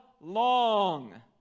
long